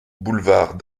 boulevard